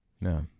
No